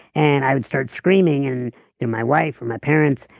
and i would start screaming and then my wife, and my parents,